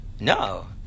No